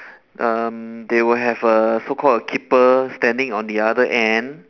um they will have a so-called a keeper standing on the other end